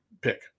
pick